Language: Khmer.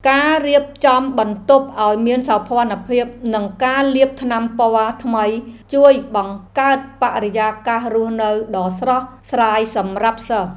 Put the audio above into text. ការរៀបចំបន្ទប់ឱ្យមានសោភ័ណភាពនិងការលាបថ្នាំពណ៌ថ្មីជួយបង្កើតបរិយាកាសរស់នៅដ៏ស្រស់ស្រាយសម្រាប់សិស្ស។